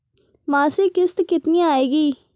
मासिक किश्त कितनी आएगी?